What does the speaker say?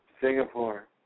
Singapore